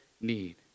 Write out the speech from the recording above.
need